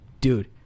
dude